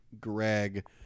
Greg